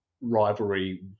rivalry